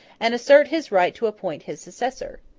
and assert his right to appoint his successor.